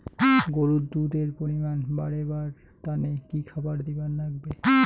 গরুর দুধ এর পরিমাণ বারেবার তানে কি খাবার দিবার লাগবে?